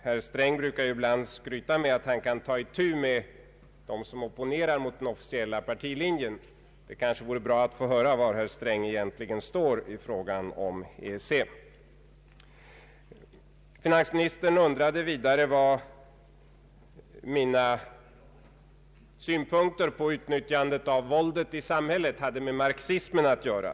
Herr Sträng brukar ju ibland skryta med att han kan ta itu med dem som opponerar mot den officiella partilinjen. Det kanske vore bra att få höra var herr Sträng egentligen står i frågan om EEC. Finansministern undrade vidare vad mina synpunkter på utnyttjandet av våldet i samhället hade med marxismen att göra.